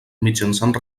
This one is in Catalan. mitjançant